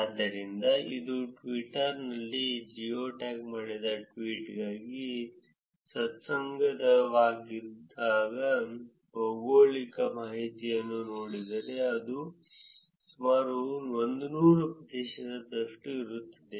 ಆದ್ದರಿಂದ ನೀವು ಟ್ವಿಟರ್ ನಿಂದ ಜಿಯೋ ಟ್ಯಾಗ್ ಮಾಡಿದ ಟ್ವೀಟ್ಗಾಗಿ ನಿಸ್ಸಂದಿಗ್ಧವಾದ ಭೌಗೋಳಿಕ ಮಾಹಿತಿಯನ್ನು ನೋಡಿದರೆ ಅದು ಸುಮಾರು 100 ಪ್ರತಿಶತದಷ್ಟು ಇರುತ್ತದೆ